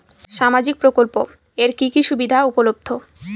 সামাজিক প্রকল্প এর কি কি সুবিধা উপলব্ধ?